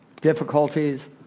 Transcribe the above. difficulties